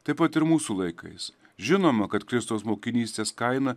taip pat ir mūsų laikais žinoma kad kristaus mokinystės kaina